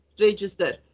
register